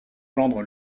gendre